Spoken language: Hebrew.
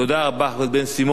תודה רבה, חבר הכנסת בן-סימון.